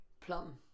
Plum